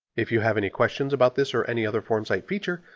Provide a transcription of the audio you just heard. if you have any questions about this or any other formsite feature,